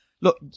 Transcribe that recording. look